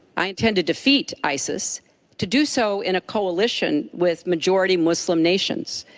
i intend to defeat isis to do so in a coalition with majority muslim nations.